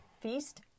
Feast